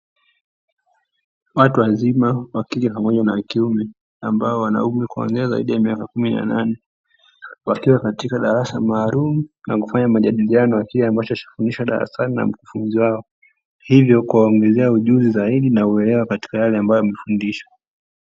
Watu wazima wakike pamoja na wa kiume, ambao wana umri kuanzia zaidi ya miaka kumi, na nane wakiwa katika darasa maalumu na kufanya majadiliano ya kile ambacho wameshafundishwa darasani na mkufunzi wao, hivyo kuwaongezea ujuzi zaidi na uelewa katika yale ambayo waliofundishwa.